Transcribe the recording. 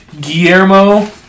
Guillermo